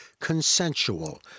consensual